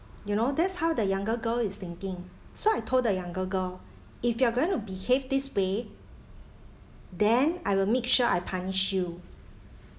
you know that's how the younger girl is thinking so I told the younger girl if you are going to behave this way then I will make sure I punish you